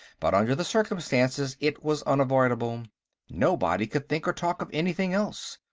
but under the circumstances it was unavoidable nobody could think or talk of anything else.